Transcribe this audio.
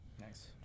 Nice